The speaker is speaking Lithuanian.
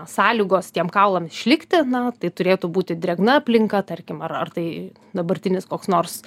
sąlygos tiem kaulam išlikti na tai turėtų būti drėgna aplinka tarkim ar ar tai dabartinis koks nors